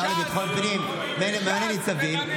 שר לביטחון פנים ממנה ניצבים,